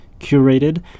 curated